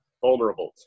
vulnerable